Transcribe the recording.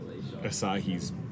Asahi's